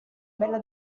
bella